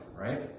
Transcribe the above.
right